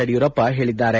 ಯಡಿಯೂರಪ್ಪ ಹೇಳಿದ್ದಾರೆ